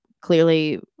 Clearly